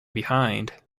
behind